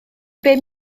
bum